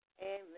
Amen